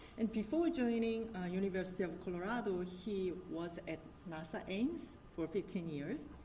and before joining university of colorado, he was at nasa ames for fifteen years.